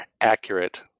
accurate